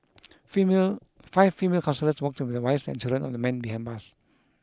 female five female counsellors worked the wives and children of the men behind bars